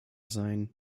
sein